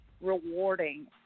rewarding